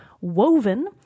Woven